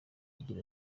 agira